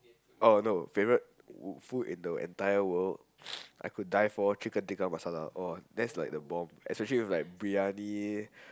oh no favourite food in the entire world ppl I could die for Chicken tikka masala oh that's like the bomb especially whit like Biryani